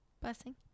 Blessing